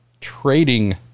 trading